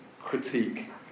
critique